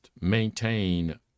maintain